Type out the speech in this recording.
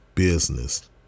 Business